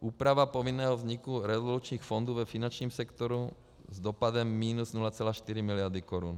Úprava povinného vzniku revalvačních fondů ve finančním sektoru s dopadem minus 0,4 mld. korun.